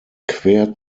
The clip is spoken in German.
quer